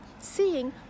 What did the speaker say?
seeing